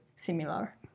similar